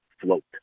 float